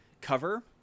cover